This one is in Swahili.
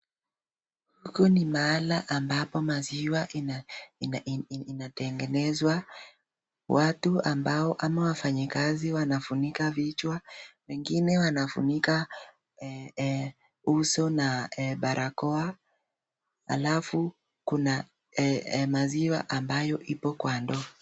Huku ni mahala ambapo maziwa inatengenezwa. Watu ambao ama wafanyikazi wanafunika vichwa, wengine wanafunika uso na barakoa, alafu kuna maziwa ambayo ipo kwa ndoo.